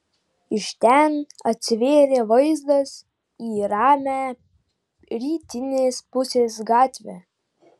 iš ten atsivėrė vaizdas į ramią rytinės pusės gatvę